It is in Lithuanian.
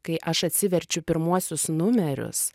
kai aš atsiverčiu pirmuosius numerius